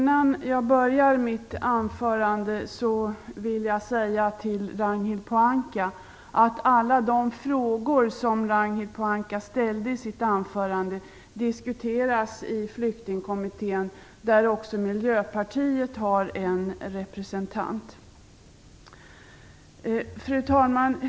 Fru talman! Jag vill först vända mig till Ragnhild Pohanka. Alla de frågor som Ragnhild Pohanka ställde i sitt anförande diskuteras i Flyktingkommittén, där också Miljöpartiet har en representant. Fru talman!